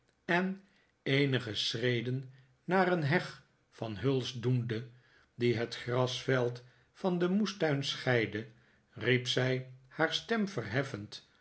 en eenige schreden naar een heg van hulst doende die het grasveld van den moestuin scheidde riep zij haar stem verheffend